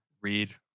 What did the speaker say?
read